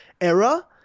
era